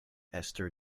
ester